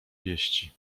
wieści